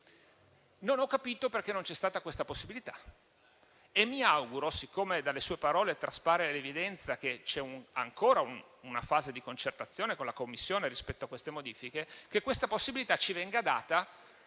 Non ho capito perché non c'è stata questa possibilità e mi auguro, siccome dalle sue parole traspare l'evidenza che c'è ancora una fase di concertazione con la Commissione rispetto a tali modifiche, che questa possibilità ci venga data